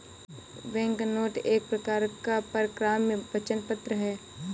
banknote एक प्रकार का परक्राम्य वचन पत्र है